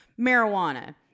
marijuana